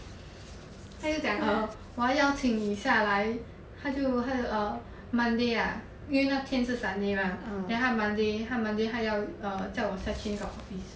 他就讲 err 我要请你下来他就他就 err monday ah 因为那天是 sunday mah then 他 monday 他 monday 他要我下去一趟 office